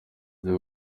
byo